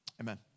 Amen